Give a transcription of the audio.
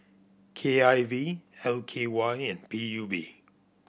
K I V L K Y and P U B